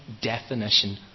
definition